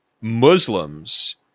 Muslims